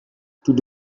tout